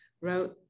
wrote